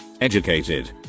Educated